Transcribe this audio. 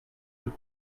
œufs